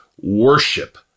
worship